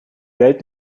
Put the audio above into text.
welt